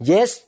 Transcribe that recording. Yes